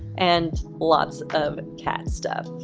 and lots of cat stuff.